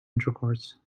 intercourse